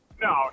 No